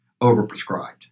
overprescribed